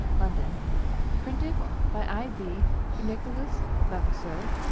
london printed by i. b. for nicholas vavasour,